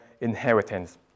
inheritance